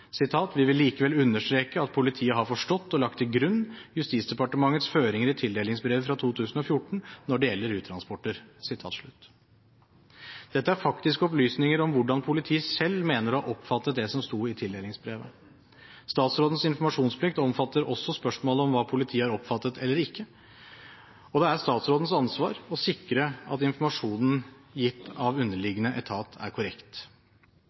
vil likevel understreke at politiet har forstått og lagt til grunn Justisdepartementets føringer i tildelingsbrevet fra 2014 når det gjelder uttransporter.» Dette er faktiske opplysninger om hvordan politiet selv mener å ha oppfattet det som sto i tildelingsbrevet. Statsrådens informasjonsplikt omfatter også spørsmålet om hva politiet har oppfattet eller ikke, og det er statsrådens ansvar å sikre at informasjonen gitt av underliggende etat er korrekt.